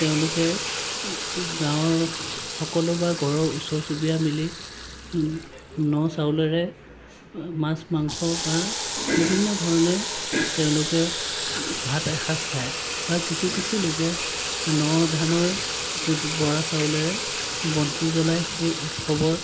তেওঁলোকে গাঁৱৰ সকলো বা ওচৰ চুবুৰীয়া মিলি ন চাউলেৰে মাছ মাংস বা বিভিন্ন ধৰণেৰে তেওঁলোকে ভাত এসাঁজ খায় বা কিছু কিছু লোকে ন ধানৰ যিটো বৰা চাউলেৰে বন্তি জ্ৱলাই সেই উৎসৱৰ